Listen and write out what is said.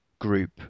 group